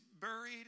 buried